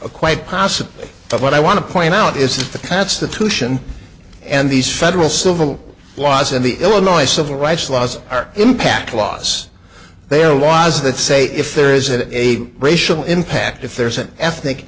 a quite possibly of what i want to point out is the cats the two sion and these federal civil laws and the illinois civil rights laws are impact laws they are laws that say if there is a racial impact if there's an ethnic